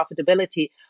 profitability